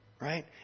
right